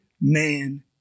man